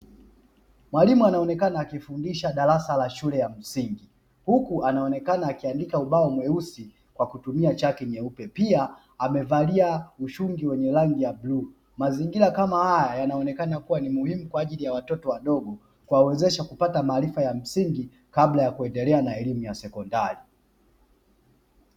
Mwalimu anaonekana akifundisha darasa la shule ya msingi, huku anaonekana akiandika ubao mweusi kwa kutumia chaki nyeupe pia amevalia ushungi wenye rangi ya bluu. Mazingira kama haya yanaonekana kuwa ni muhimu kwa ajili ya watoto wadogo, kuwawezesha kupata maarifa ya msingi kabla ya kuendelea na elimu ya sekondari.